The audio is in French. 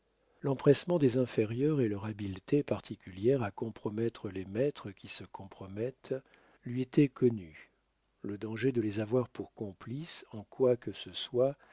l'empressement des inférieurs et leur habileté particulière à compromettre les maîtres qui se compromettent lui étaient connus le danger de les avoir pour complices en quoi que ce soit